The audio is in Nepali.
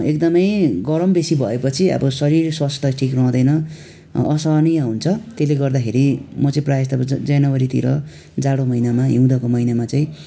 एकदमै गरम बेसी भएपछि अब शरीर स्वस्थ ठिक रहँदैन असहनीय हुन्छ त्यसले गर्दाखेरि म चाहिँ प्रायः जस्तो अब ज जनवरीतिर जाडो महिनामा हिउँदको महिनामा चाहिँ